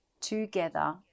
together